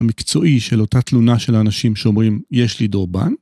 המקצועי של אותה תלונה של האנשים שאומרים יש לי דורבן.